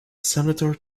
senator